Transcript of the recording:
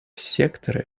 секторы